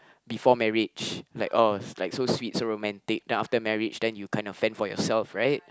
before marriage like oh like so sweet so romantic then after marriage then you kind of fend for yourself right